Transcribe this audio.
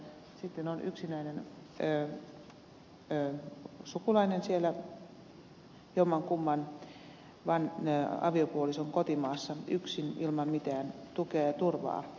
räsänen täällä kertoi että sitten on yksinäinen sukulainen siellä jommankumman aviopuolison kotimaassa yksin ilman mitään tukea ja turvaa